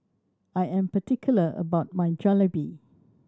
I am particular about my Jalebi